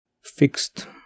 fixed